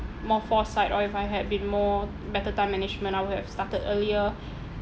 more foresight or if I had been more better time management I will have started earlier